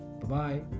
Bye-bye